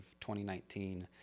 2019